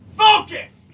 focus